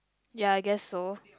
ya I guess so